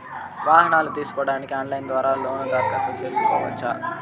వాహనాలు తీసుకోడానికి ఆన్లైన్ ద్వారా లోను దరఖాస్తు సేసుకోవచ్చా?